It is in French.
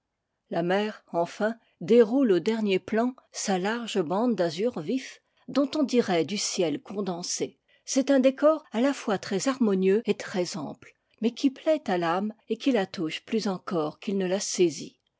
la mer enfin déroule au dernier plan sa large bande d'azur vif dont on dirait du ciel condensé c'est un décor à la fois très harmonieux et très ample mais qui plaît à l'âme et qui la touche plus encore qu'il ne la saisit